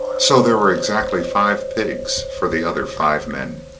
so there were exactly five pigs for the other five men.